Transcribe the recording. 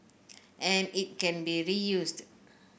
and it can be reused